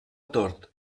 tort